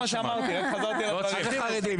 מה זה חרדים?